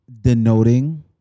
denoting